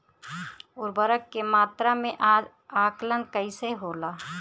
उर्वरक के मात्रा में आकलन कईसे होला?